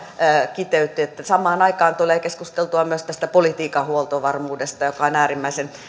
kiteytti että samaan aikaan tulee keskusteltua myös politiikan huoltovarmuudesta joka on äärimmäisen